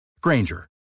Granger